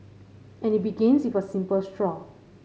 and it begins with a simple straw